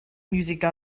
música